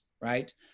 right